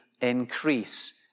increase